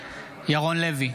ירון לוי,